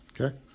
okay